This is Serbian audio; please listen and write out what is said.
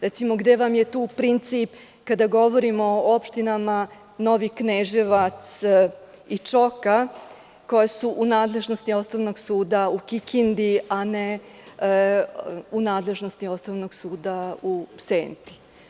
Recimo, gde vam je tu princip kada govorimo o opštinama Novi Kneževac i Čoka, koja su nadležnosti Osnovnog suda u Kikindi a ne u nadležnosti Osnovnog suda u Senti?